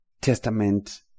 Testament